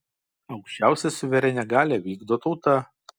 aukščiausią suverenią galią vykdo tauta